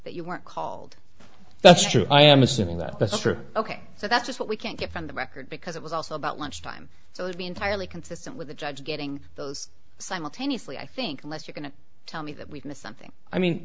that you weren't called that's true i am assuming that that's true ok so that's just what we can't get from the record because it was also about lunchtime so would be entirely consistent with the judge getting those simultaneously i think unless you're going to tell me that we've missed something i mean